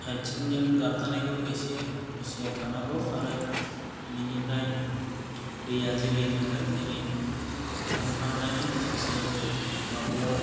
आथिंजों गाबथानायखौ एसे हुसियार थानांगौ आरो बिनिफ्राय दैआ जेरै थांदों एरै थांफानायनि ससे माबायाव